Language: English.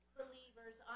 believers